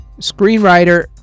Screenwriter